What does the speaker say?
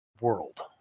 world